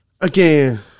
Again